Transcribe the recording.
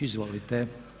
Izvolite.